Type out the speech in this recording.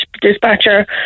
dispatcher